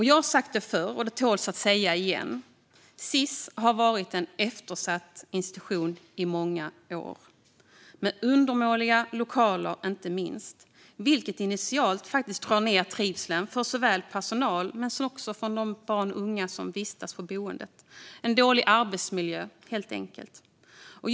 Jag har sagt det förr, och det tål att sägas igen: Sis har varit en eftersatt institution i många år. Det är inte minst undermåliga lokaler, vilket initialt faktiskt drar ned trivseln för såväl personal som de barn och unga som vistas på boendet. Det är en dålig arbetsmiljö, helt enkelt.